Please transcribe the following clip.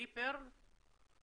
לי פרל.